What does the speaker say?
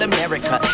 America